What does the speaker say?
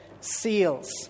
seals